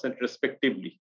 respectively